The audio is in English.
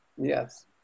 Yes